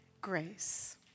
grace